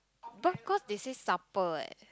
but cause they say supper leh